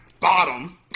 bottom